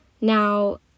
now